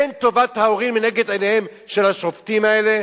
אין טובת ההורים לנגד עיניהם של השופטים האלה?